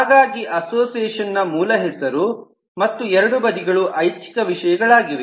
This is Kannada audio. ಹಾಗಾಗಿ ಅಸೋಸಿಯೇಷನ್ ನ ಮೂಲ ಹೆಸರು ಮತ್ತು ಎರಡು ಬದಿಗಳು ಐಚ್ಛಿಕ ವಿಷಯಗಳಾಗಿವೆ